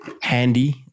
handy